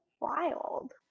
wild